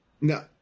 No